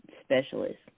specialist